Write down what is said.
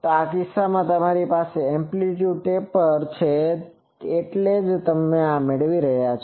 તો આ કિસ્સામાં તમારી પાસે એમ્પ્લીટ્યુડ ટેપર છે એટલે જ તમે આ મેળવી રહ્યાં છો